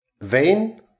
vain